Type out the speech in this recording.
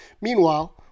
Meanwhile